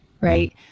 right